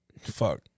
fuck